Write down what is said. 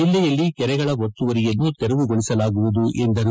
ಜಿಲ್ಲೆಯಲ್ಲಿ ಕೆರೆಗಳ ಒತ್ತುವರಿಯನ್ನು ತೆರವುಗೊಳಿಸಲಾಗುವುದು ಎಂದರು